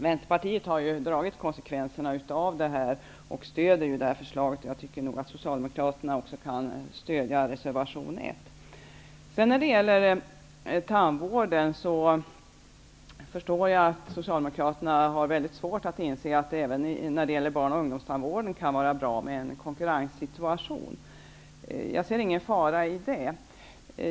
Vänsterpartiet har dragit konsekvenserna av det här och stöder förslaget. Jag tycker att Socialdemokraterna också kan stödja reservation När det gäller tandvården förstår jag att Socialdemokraterna har svårt att inse att det även för barn och ungdomstandvården kan vara bra med konkurrens. Jag ser ingen fara i det.